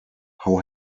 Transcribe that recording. how